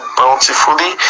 bountifully